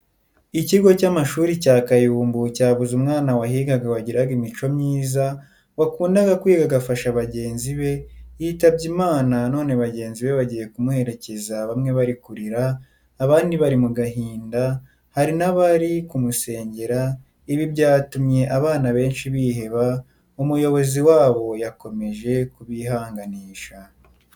Ikigo cya mashuri cya Kayumbu cyabuze umwana wahigaga wagiraga imico myiza, wakundaga kwiga agafasha bagenzi be, yitabye Imana none bagenzi be bagiye kumuherekeza bamwe bari kurira, abandi bari mugahinda, hari nabari kumusengera, ibi byatumye abana benshi biheba, umuyobozi wabo yakomeje kubihanganisha.